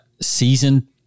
season